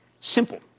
Simple